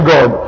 God